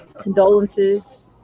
condolences